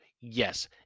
Yes